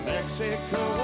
Mexico